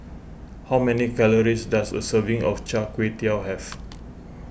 how many calories does a serving of Char Kway Teow have